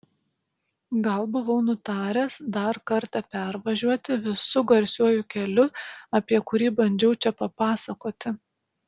gal buvau nutaręs dar kartą pervažiuoti visu garsiuoju keliu apie kurį bandžiau čia papasakoti